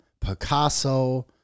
Picasso